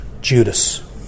Judas